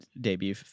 debut